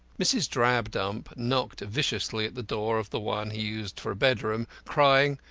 mrs. drabdump knocked viciously at the door of the one he used for a bedroom, crying,